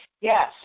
yes